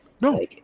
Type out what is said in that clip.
No